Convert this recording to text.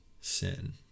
sin